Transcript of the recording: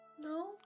No